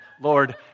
Lord